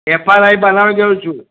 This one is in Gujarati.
એફઆરઆઇ બનાવી દઉં છું